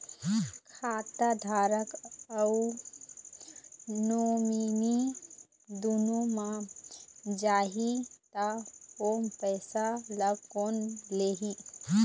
खाता धारक अऊ नोमिनि दुनों मर जाही ता ओ पैसा ला कोन लिही?